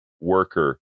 worker